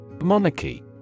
Monarchy